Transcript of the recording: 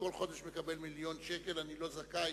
שכל חודש מקבל מיליון שקל, אני לא זכאי